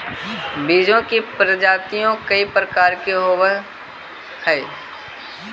बीजों की प्रजातियां कई प्रकार के होवअ हई